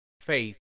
faith